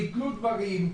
ביטלו דברים,